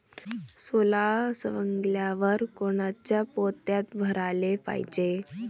सोला सवंगल्यावर कोनच्या पोत्यात भराले पायजे?